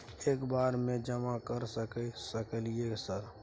एक बार में जमा कर सके सकलियै सर?